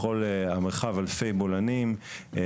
בכל המרחב אלפי בולענים,